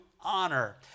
honor